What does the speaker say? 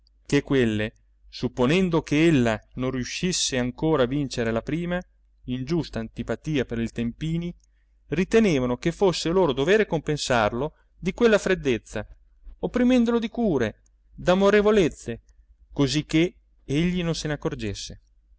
ché quelle supponendo ch'ella non riuscisse ancora a vincere la prima ingiusta antipatia per il tempini ritenevano che fosse loro dovere compensarlo di quella freddezza opprimendolo di cure d'amorevolezze così che egli non se n'accorgesse